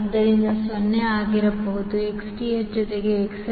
ಆದ್ದರಿಂದ 0 ಆಗಿರಬಹುದು Xth ಜೊತೆಗೆ XL